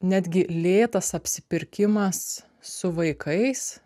netgi lėtas apsipirkimas su vaikais